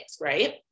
right